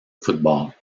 football